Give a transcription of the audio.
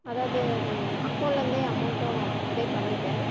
அதாவது அக்கௌண்ட்லேருந்து அமௌண்ட்டும் பே பண்ணிவிட்டேன்